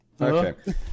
Okay